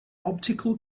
optical